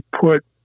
put